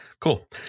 Cool